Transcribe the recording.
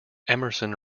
emerson